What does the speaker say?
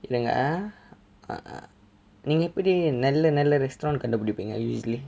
நில்லுங்க:nillunga uh நீங்க எப்படி நல்ல நல்ல:neenga eppadi nalla nalla restaurant கண்டுபிடிப்பீங்க:kandupidipeenga usually